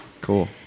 Cool